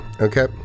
Okay